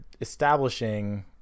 establishing